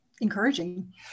encouraging